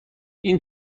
این